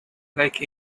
like